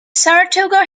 saratoga